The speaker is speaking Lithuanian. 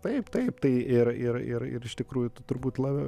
taip taip tai ir ir ir ir iš tikrųjų tu turbūt labiau